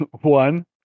one